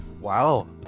wow